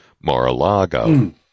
Mar-a-Lago